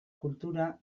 kultura